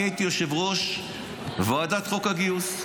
אני הייתי יושב-ראש ועדת חוק הגיוס,